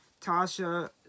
tasha